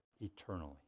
eternally